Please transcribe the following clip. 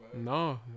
No